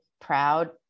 proud